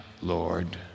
Lord